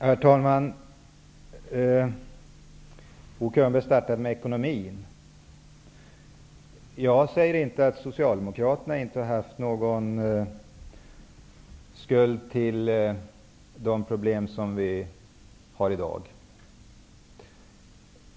Herr talman! Bo Könberg började med att tala om ekonomi. Jag säger inte att Socialdemokraterna inte har haft någon skuld till de problem som vi har i dag.